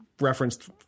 referenced –